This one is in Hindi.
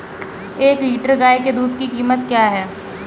एक लीटर गाय के दूध की कीमत क्या है?